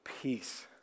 Peace